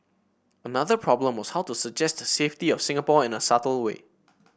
another problem was how to suggest the safety of Singapore in a subtle way